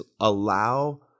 allow